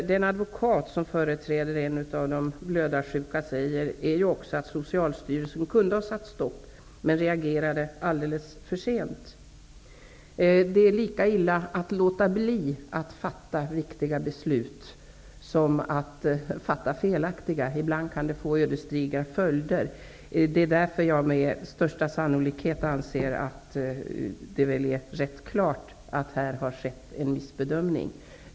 Den advokat som företräder en av de blödarsjuka säger också att Socialstyrelsen kunde ha satt stopp, men att man där reagerade alldeles för sent. Det är lika illa att låta bli att fatta viktiga beslut som att fatta felaktiga beslut. Ibland kan det få ödesdigra följder. Det är därför som jag anser att det är rätt klart att det i det här fallet har skett en missbedömning.